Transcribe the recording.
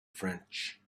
french